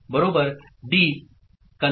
Qn D